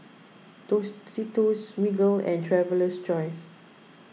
Tostitos Smiggle and Traveler's Choice